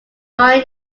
join